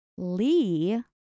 lee